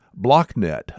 BlockNet